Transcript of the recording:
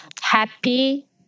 happy